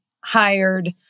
hired